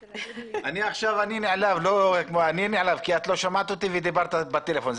עכשיו אני נעלב כי את לא שומעת אותי ודיברת טלפון.